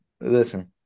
listen